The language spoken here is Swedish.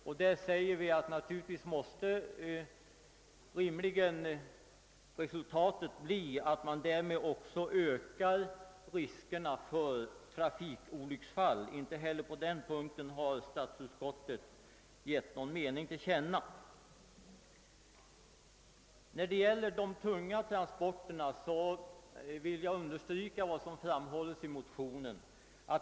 I det avseendet måste, säger vi, resultatet rimligtvis bli ökade risker för trafikolycksfall. Inte heller på den punkten har statsutskottet gett någon mening till känna. Vad beträffar de tunga transporterna vill jag även erinra om vad som framhålls i motionen.